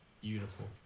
Beautiful